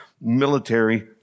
military